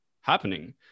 happening